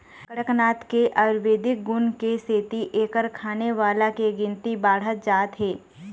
कड़कनाथ के आयुरबेदिक गुन के सेती एखर खाने वाला के गिनती बाढ़त जात हे